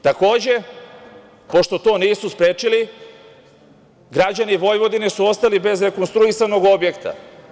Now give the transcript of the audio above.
Takođe, pošto to nisu sprečili, građani Vojvodine su ostali bez rekonstruisanog objekta.